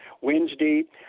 Wednesday